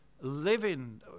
living